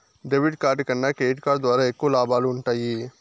debit card కన్నా credit card ద్వారా ఎక్కువ లాబాలు వుంటయ్యి